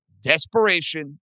Desperation